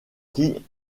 qui